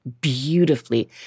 beautifully